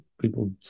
People